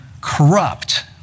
corrupt